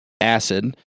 acid